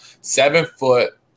Seven-foot